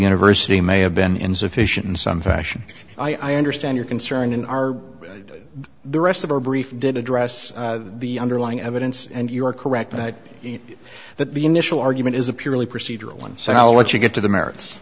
university may have been insufficient in some fashion i understand your concern in our the rest of our brief did address the underlying evidence and you are correct that the initial argument is a purely procedural and so i'll let you get to the merits